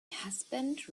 husband